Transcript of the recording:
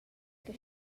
che